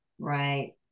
Right